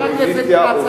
חברי הכנסת כץ,